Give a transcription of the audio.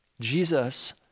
Jesus